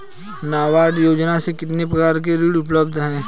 नाबार्ड योजना में कितने प्रकार के ऋण उपलब्ध हैं?